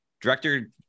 director